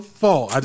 fault